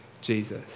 Jesus